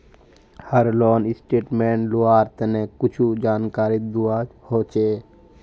हर loan statement लुआर तने कुछु जानकारी दुआ होछे